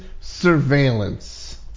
surveillance